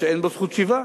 שאין בו זכות שיבה?